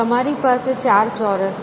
તમારી પાસે ચાર ચોરસ છે